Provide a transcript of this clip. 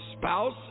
spouse